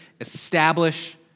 Establish